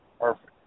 Perfect